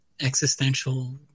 existential